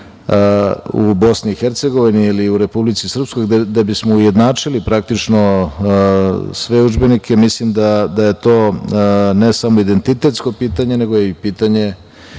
u BiH ili u Republici Srpskoj, gde bismo ujednačili sve udžbenike. Mislim da je to ne samo identitetsko pitanje, nego i pitanje